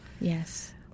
Yes